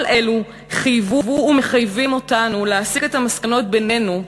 כל אלו חייבו ומחייבים אותנו להסיק את המסקנות בינינו,